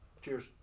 Cheers